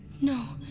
no!